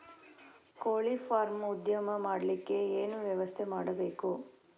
ಕೋಳಿ ಫಾರಂ ಉದ್ಯಮ ಮಾಡಲಿಕ್ಕೆ ಏನು ವ್ಯವಸ್ಥೆ ಮಾಡಬೇಕು?